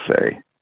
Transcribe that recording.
say